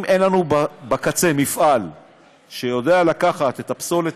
אם אין לנו בקצה מפעל שיודע לקחת את הפסולת